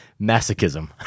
masochism